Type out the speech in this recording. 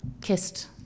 kissed